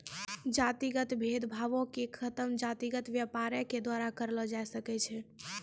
जातिगत भेद भावो के खतम जातिगत व्यापारे के द्वारा करलो जाय सकै छै